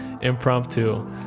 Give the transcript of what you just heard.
impromptu